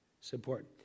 support